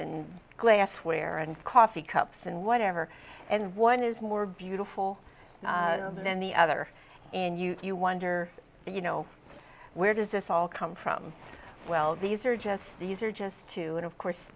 in glassware and coffee cups and whatever and one is more beautiful than the other and you you wonder you know where does this all come from well these are just these are just two and of course